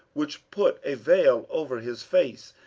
which put a vail over his face,